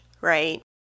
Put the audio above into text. right